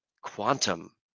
quantum